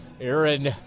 Aaron